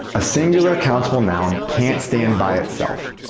a singular, countable noun can't stand by itself.